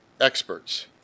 experts